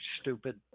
stupid